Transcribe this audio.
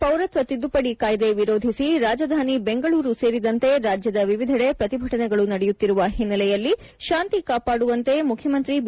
ಪೌರತ್ವ ತಿದ್ದುಪದಿ ಕಾಯ್ದೆ ವಿರೋಧಿಸಿ ರಾಜಧಾನಿ ಬೆಂಗಳೂರು ಸೇರಿದಂತೆ ರಾಜ್ಯದ ವಿವಿಧಡ ಪ್ರತಿಭಟನೆಗಳು ನಡೆಯುತ್ತಿರುವ ಹಿನ್ನೆಲೆಯಲ್ಲಿ ಶಾಂತಿ ಕಾಪಾಡುವಂತೆ ಮುಖ್ಯಮಂತ್ರಿ ಬಿ